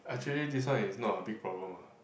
actually this one is not a big problem ah